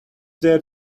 there